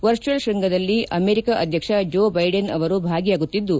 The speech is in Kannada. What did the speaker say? ವರ್ಚುಯಲ್ ಕೃಂಗದಲ್ಲಿ ಅಮೆರಿಕ ಅಧ್ಯಕ್ಷ ಜೋ ಬೈಡೆನ್ ಅವರು ಭಾಗಿಯಾಗುತ್ತಿದ್ದು